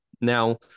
Now